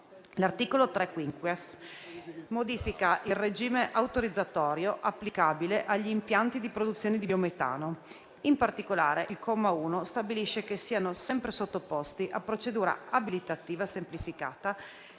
L'articolo 3-*quinquies* modifica il regime autorizzatorio applicabile agli impianti di produzione di biometano. In particolare, il comma 1 stabilisce che siano sempre sottoposti a procedura abilitativa semplificata